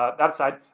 ah that aside,